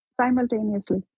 simultaneously